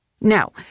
Now